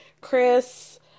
Chris